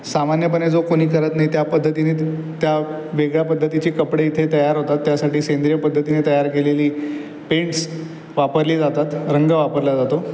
सामान्यपणे जो कोणी करत नाही त्या पद्धतीने त्या वेगळ्या पद्धतीचे कपडे इथे तयार होतात त्यासाठी सेंद्रिय पद्धतीने तयार केलेली पेंट्स वापरली जातात रंग वापरल्या जातो